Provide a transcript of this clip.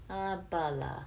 apa lah